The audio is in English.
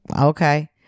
okay